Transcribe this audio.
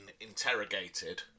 interrogated